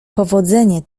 powodzenie